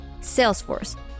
Salesforce